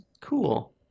cool